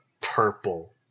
purple